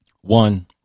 One